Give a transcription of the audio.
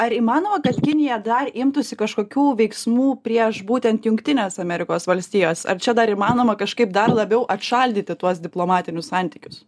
ar įmanoma kad kinija dar imtųsi kažkokių veiksmų prieš būtent jungtinės amerikos valstijas ar čia dar įmanoma kažkaip dar labiau atšaldyti tuos diplomatinius santykius